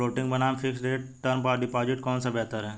Floating बनाम fixed rate term deposit कौन सा बेहतर है?